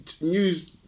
news